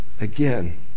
Again